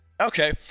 Okay